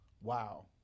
Wow